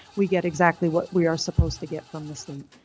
we get exactly what we are supposed to get from the state.